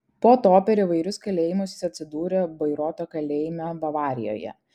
po to per įvairius kalėjimus jis atsidūrė bairoito kalėjime bavarijoje